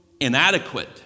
inadequate